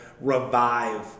revive